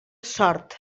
sort